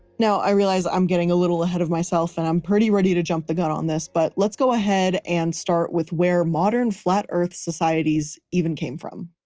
now, i realize i'm getting a little ahead of myself and i'm pretty ready to jump the gun on this but let's go ahead and start with where modern flat earth societies even came from.